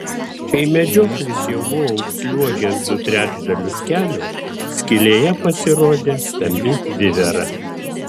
kai medžioklis jau buvo užsliuogęs du trečdalius kelio skylėje pasirodė stambi vivera